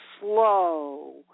slow